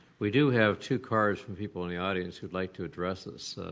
we do have two cards from people in the audience who would like to address us,